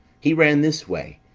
he ran this way,